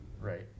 Right